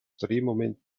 drehmoment